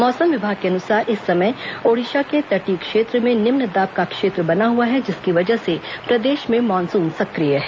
मौसम विभाग के अनुसार इस समय ओडिशा के तटीय क्षेत्र में निम्न दाब का क्षेत्र बना हुआ है जिसकी वजह से प्रदेश में मानसून सक्रिय है